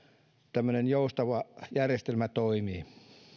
tämmöinen joustava järjestelmä toimii